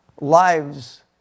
lives